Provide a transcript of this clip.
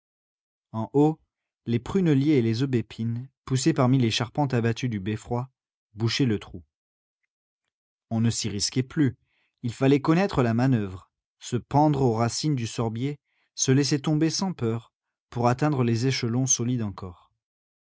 en haut les prunelliers et les aubépines poussés parmi les charpentes abattues du beffroi bouchaient le trou on ne s'y risquait plus il fallait connaître la manoeuvre se pendre aux racines du sorbier se laisser tomber sans peur pour atteindre les échelons solides encore